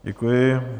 Děkuji.